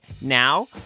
Now